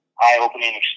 eye-opening